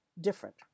different